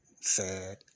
sad